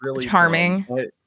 charming